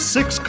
Six